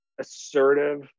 assertive